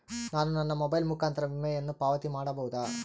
ನಾನು ನನ್ನ ಮೊಬೈಲ್ ಮುಖಾಂತರ ವಿಮೆಯನ್ನು ಪಾವತಿ ಮಾಡಬಹುದಾ?